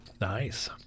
nice